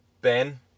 ben